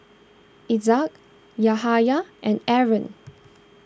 Izzat Yahaya and Aaron